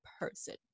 person